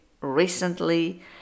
recently